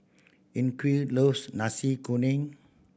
Enrique loves Nasi Kuning